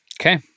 Okay